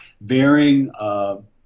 varying